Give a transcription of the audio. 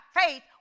faith